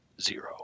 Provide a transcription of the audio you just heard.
zero